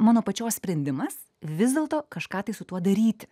mano pačios sprendimas vis dėlto kažką tai su tuo daryt